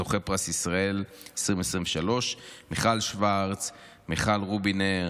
של זוכי פרס ישראל 2023, מיכל שוורץ, מיכל רובינר,